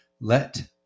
Let